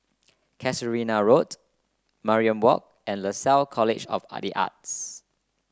Casuarina Road Mariam Walk and Lasalle College of the Arts